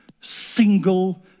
single